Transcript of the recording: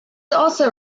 also